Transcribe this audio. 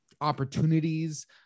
opportunities